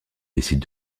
décide